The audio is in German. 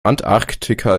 antarktika